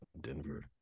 Denver